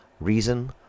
Reason